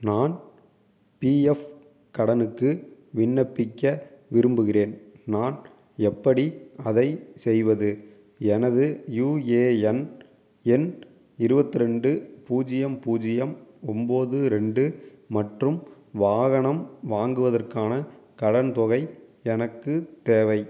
நான் பிஎஃப் கடனுக்கு விண்ணப்பிக்க விரும்புகிறேன் நான் எப்படி அதை செய்வது எனது யுஏஎன் எண் இருபத்து ரெண்டு பூஜ்யம் பூஜ்யம் ஒன்போது ரெண்டு மற்றும் வாகனம் வாங்குவதற்கான கடன் தொகை எனக்கு தேவை